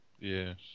Yes